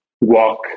walk